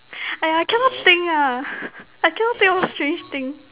!aiya! I cannot think ah I cannot think what strange thing